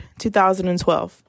2012